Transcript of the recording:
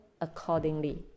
accordingly